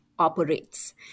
Operates